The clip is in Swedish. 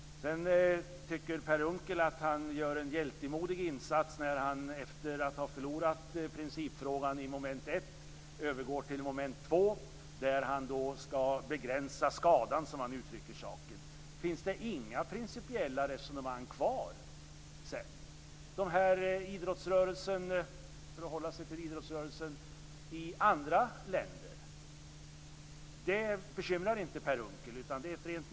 Sedan tycker Per Unckel att han gör en hjältemodig insats när han efter att ha förlorat principfrågan i mom. 1 övergår till mom. 2, där han skall begränsa skadan, som han uttrycker saken. Finns det inga principiella resonemang kvar sedan? Det här med idrottsrörelsen, för att hålla sig till den, i andra länder, det bekymrar inte Per Unckel?